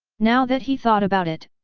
now that he thought about it,